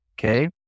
Okay